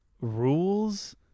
rules